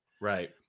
Right